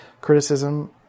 criticism